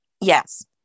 Yes